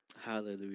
Hallelujah